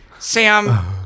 Sam